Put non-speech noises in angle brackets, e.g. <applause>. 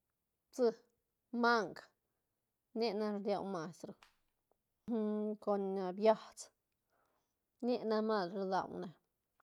Psi, mang nic nac rdau mas <noise> ru <hesitation> cona biats nic nac mas ru rduane.